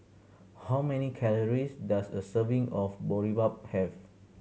how many calories does a serving of Boribap have